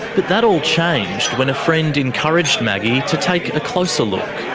but that all changed when a friend encouraged maggie to take a closer look.